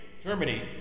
Germany